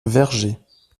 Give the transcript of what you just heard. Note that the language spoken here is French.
vergers